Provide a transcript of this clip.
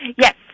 Yes